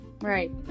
right